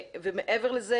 מעבר לזה,